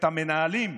את המנהלים,